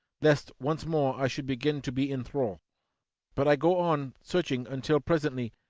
lest once more i should begin to be enthrall but i go on searching until, presently,